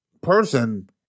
person